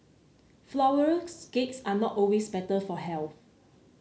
flourless cakes are not always better for health